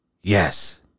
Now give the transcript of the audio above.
Yes